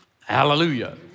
Hallelujah